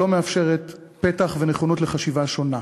שלא מאפשרת פתח ונכונות לחשיבה שונה.